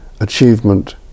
achievement